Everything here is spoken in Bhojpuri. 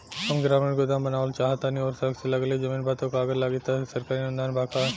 हम ग्रामीण गोदाम बनावल चाहतानी और सड़क से लगले जमीन बा त का कागज लागी आ सरकारी अनुदान बा का?